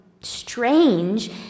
strange